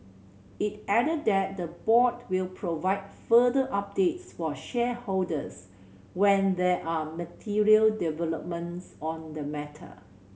it added that the board will provide further updates for shareholders when there are material developments on the matter